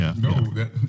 No